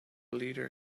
leader